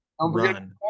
run